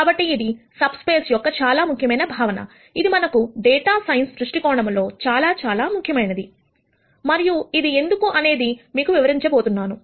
కాబట్టి ఇది subspace యొక్క చాలా ముఖ్యమైన భావన ఇది మనకు డేటా సైన్స్ దృష్టికోణంలో చాలా చాలా ముఖ్యమైనది మరియు ఇది ఎందుకు అనేది నేను మీకు వివరించబోతున్నాను